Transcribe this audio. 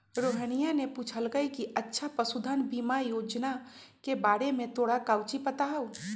रोहिनीया ने पूछल कई कि अच्छा पशुधन बीमा योजना के बारे में तोरा काउची पता हाउ?